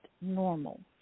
normal